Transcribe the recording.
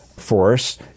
Force